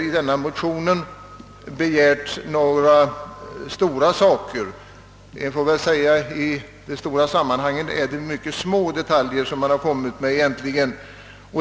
I motionerna har inga stora krav framställts — i det stora sammanhanget rör det sig egentligen om mycket små detaljer.